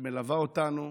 שמלווה אותנו